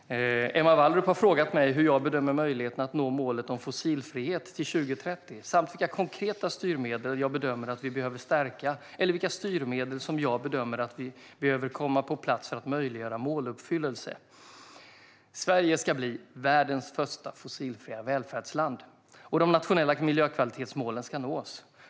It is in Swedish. Herr talman! Emma Wallrup har frågat mig hur jag bedömer möjligheterna att nå målet om fossilfrihet till 2030 samt vilka konkreta styrmedel jag bedömer att vi behöver stärka eller vilka nya styrmedel som jag bedömer behöver komma på plats för att möjliggöra måluppfyllelse. Sverige ska bli världens första fossilfria välfärdsland, och de nationella miljökvalitetsmålen ska nås.